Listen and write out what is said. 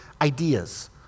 ideas